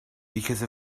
because